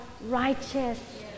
righteous